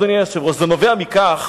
אדוני היושב-ראש, זה נובע מכך